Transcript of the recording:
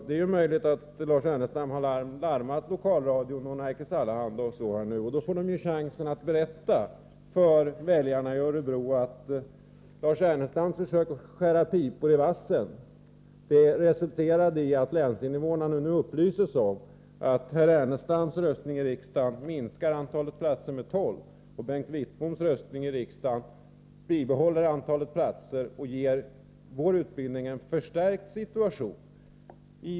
Det är möjligt att Lars Ernestam har larmat lokalradion och Nerikes Allehanda, och då får de chansen att berätta för väljarna i Örebro att Lars Ernestams försök att skära pipor i vassen resulterade i att länsinvånarna nu upplyses om att herr Ernestams röstning i riksdagen minskar antalet platser med tolv och Bengt Wittboms röstning i riksdagen bibehåller antalet platser och ger vår utbildning en förstärkt situation.